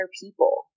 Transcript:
people